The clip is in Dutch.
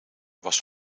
was